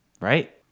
right